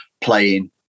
playing